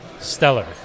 Stellar